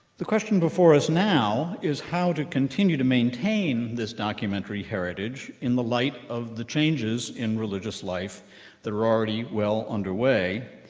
the question before us now is how to continue to maintain this documentary heritage in the light of the changes in religious life that are already well underway